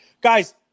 Guys